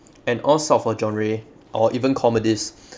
and all sort of a genre or even comedies